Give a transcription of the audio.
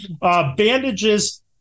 bandages